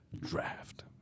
Draft